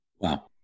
Wow